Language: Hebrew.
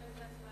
אחרי זה הצבעה?